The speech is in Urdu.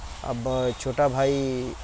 اب چھوٹا بھائی